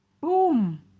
boom